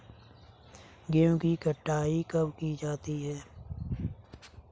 गेहूँ की कटाई कब की जाती है?